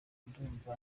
ndumva